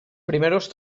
primeros